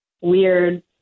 weird